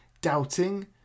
doubting